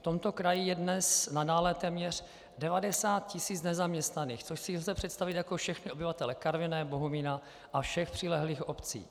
V tomto kraji je dnes nadále téměř 90 tisíc nezaměstnaných, což si lze představit jako všechny obyvatele Karviné, Bohumína a všech přilehlých obcí.